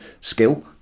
skill